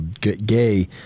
Gay